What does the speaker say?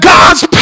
God's